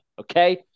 okay